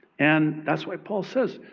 and that's why paul says,